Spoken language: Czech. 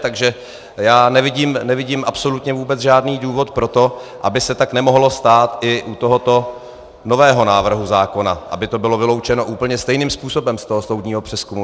Takže já nevidím absolutně vůbec žádný důvod pro to, aby se tak nemohlo stát i u tohoto nového návrhu zákona, aby to bylo vyloučeno úplně stejným způsobem z toho soudního přezkumu.